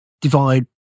divide